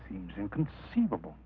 seems inconceivable